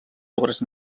obres